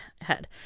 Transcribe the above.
head